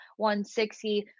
160